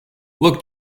look